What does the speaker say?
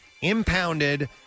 impounded